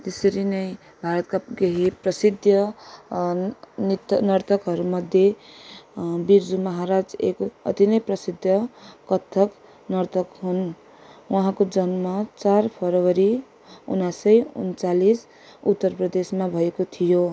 त्यसरी नै भारतका केही प्रसिद्ध नृत्य नर्तकहरू मध्ये बिर्जु महाराज एक अति नै प्रसिद्ध कथक नर्तक हुन् उहाँको जन्म चार फरवरी उन्नाइस सय उनन्चालिस उत्तर प्रदेशमा भएको थियो